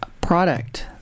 product